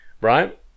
Right